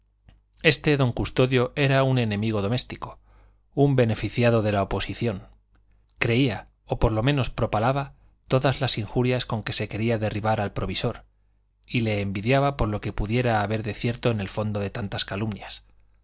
este don custodio era un enemigo doméstico un beneficiado de la oposición creía o por lo menos propalaba todas las injurias con que se quería derribar al provisor y le envidiaba por lo que pudiera haber de cierto en el fondo de tantas calumnias